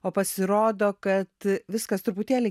o pasirodo kad viskas truputėlį